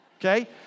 Okay